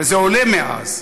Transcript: וזה עולה מאז.